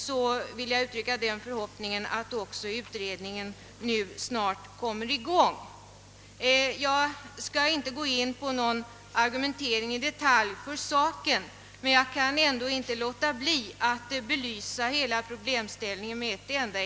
Jag vill därför uttrycka förhoppningen att också den statliga utredningen snart kommer i gång. Jag skall här inte ingå på några detaljer i min argumentering i själva sakfrågan, men jag kan inte låta bli att med ett enda exempel belysa hela problemställningen.